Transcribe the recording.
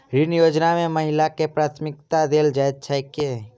ऋण योजना मे महिलाकेँ प्राथमिकता देल जाइत छैक की?